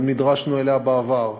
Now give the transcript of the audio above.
וגם נדרשנו אליה בעבר.